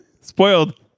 Spoiled